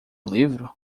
livro